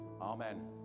Amen